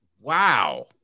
Wow